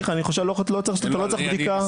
אתה לא צריך בדיקה.